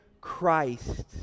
Christ